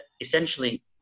essentially